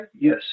Yes